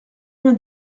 vingt